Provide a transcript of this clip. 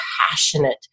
passionate